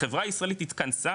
החברה הישראלית התכנסה,